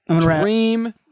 Dream